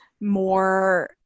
more